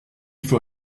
faut